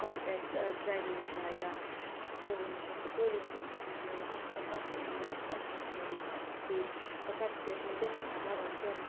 carpet training چھےٚ یا اَتھٕ کٲم چھِ تہٕ قٲلیٖن کٲم چھِکھ ہیٚچھناوان اَتھ کٲم پَتہٕ چھِ مطلب پَتہٕ چھِ تِمَن مطلب سَٹِفِکیٹ سَہ سَٹِفِکیٹ چھِ برٛونٛہہ کُن پَتہٕ لَگان ضوٚرَتھ